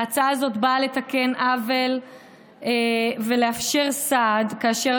ההצעה הזאת באה לתקן עוול ולאפשר סעד כאשר